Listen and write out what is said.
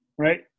Right